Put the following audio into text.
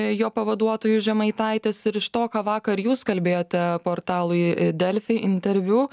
jo pavaduotoju žemaitaitis ir iš to ką vakar jūs kalbėjote portalui delfi interviu